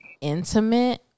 intimate